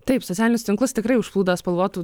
taip socialinius tinklus tikrai užplūdo spalvotų